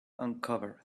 uncovered